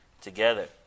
together